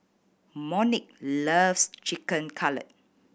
Monique loves Chicken Cutlet